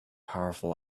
powerful